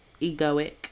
egoic